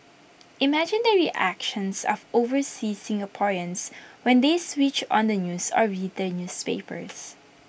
imagine the reactions of overseas Singaporeans when they switched on the news or read their newspapers